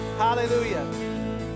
hallelujah